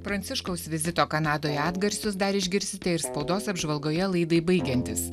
pranciškaus vizito kanadoje atgarsius dar išgirsite ir spaudos apžvalgoje laidai baigiantis